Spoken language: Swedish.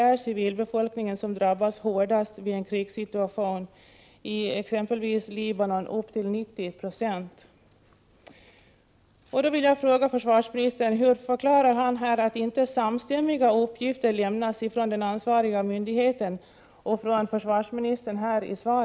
Livsmedelsförsörjning och kommunikationssystem är därför mycket känsliga för störningar.